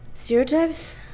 Stereotypes